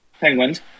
Penguins